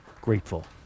grateful